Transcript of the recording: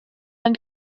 ein